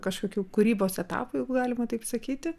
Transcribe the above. kažkokių kūrybos etapų jeigu galima taip sakyti